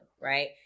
right